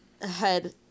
ahead